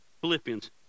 Philippians